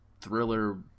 thriller